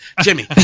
Jimmy